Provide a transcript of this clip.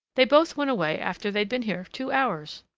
they both went away after they'd been here two hours.